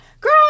girl